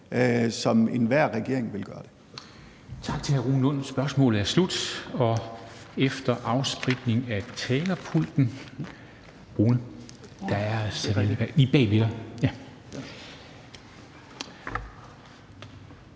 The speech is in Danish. som enhver regering ville gøre det.